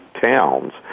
towns